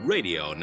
Radio